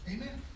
Amen